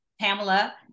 Pamela